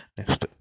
Next